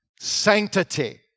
sanctity